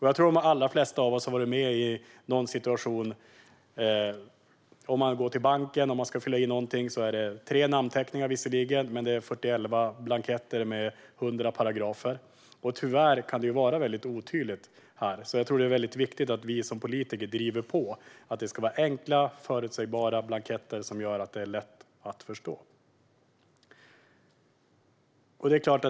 Jag tror att de allra flesta av oss har varit i en situation att vi på banken fyllt i någonting. Det är visserligen tre namnteckningar, men det är fyrtioelva blanketter med hundra paragrafer. Tyvärr kan det vara otydligt. Det är viktigt att vi som politiker driver på att det ska vara enkla förutsägbara blanketter som är lätta att förstå.